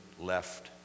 left